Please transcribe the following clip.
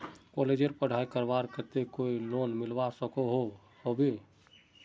कॉलेजेर पढ़ाई करवार केते कोई लोन मिलवा सकोहो होबे?